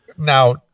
Now